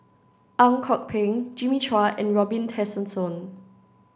Ang Kok Peng Jimmy Chua and Robin Tessensohn